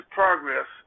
progress